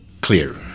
clear